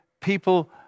people